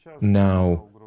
Now